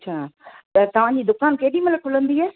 अच्छा त तव्हां जी दुकानु केॾी महिल खुलंदी इएं